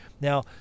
Now